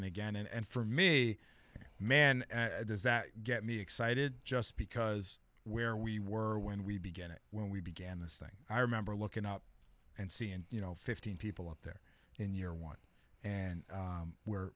n again and for me man does that get me excited just because where we were when we began it when we began this thing i remember looking up and seeing you know fifteen people up there in year one and where we're